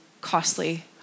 costly